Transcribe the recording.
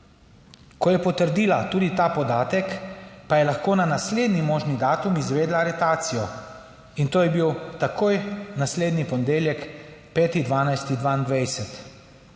Ko je potrdila tudi ta podatek, pa je lahko na naslednji možni datum izvedla aretacijo, in to je bil takoj naslednji ponedeljek, 5. 12.